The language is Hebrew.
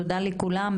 תודה לכולם,